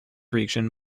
region